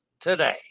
today